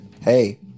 hey